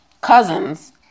cousins